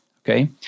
Okay